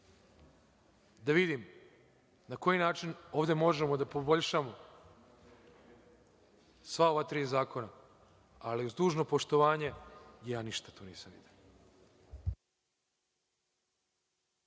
da vidim na koji način ovde možemo da poboljšamo sva ova tri zakona, ali, dužno poštovanje, ja ti ništa nisam video.